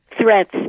threats